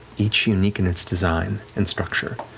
each unique in its design and structure.